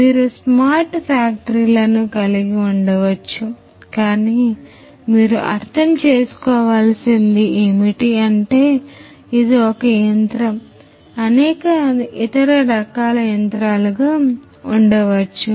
మీరు స్మార్ట్ ఫ్యాక్టరీలను కలిగి ఉండవచ్చు కానీ మీరు అర్థం చేసుకోవాల్సింది ఏమిటి అంటే ఇది ఒక యంత్రం అనేక అనేక ఇతర రకాల యంత్రాలు గా ఉండవచ్చు